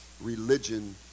religion